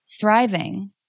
thriving